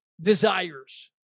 desires